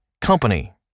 company